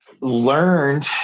learned